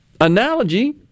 analogy